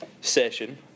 session